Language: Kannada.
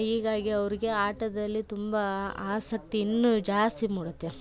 ಹೀಗಾಗಿ ಅವ್ರಿಗೆ ಆಟದಲ್ಲಿ ತುಂಬ ಆಸಕ್ತಿ ಇನ್ನೂ ಜಾಸ್ತಿ ಮಾಡುತ್ತೆ